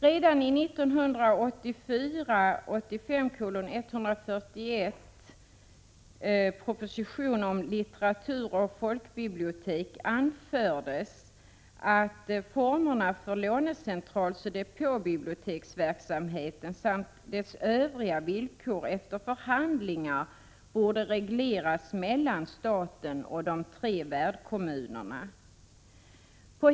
Redan i propositionen om litteratur och folkbibliotek anfördes att formerna för lånecentralsoch depåbiblioteksverksamheten samt övriga villkor för denna verksamhet efter förhandlingar borde regleras mellan staten och de tre värdkommunerna.